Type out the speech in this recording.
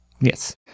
Yes